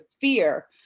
fear